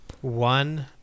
one